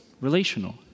Relational